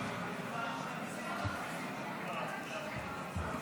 את חבר הכנסת אושר שקלים להציג את הצעת החוק,